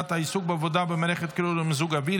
העיסוק בעבודה במערכת קירור או מיזוג אוויר,